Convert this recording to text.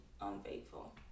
unfaithful